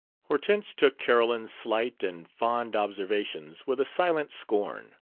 hortense took carolyn's slight and fond observations with a silent scorn.